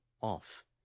off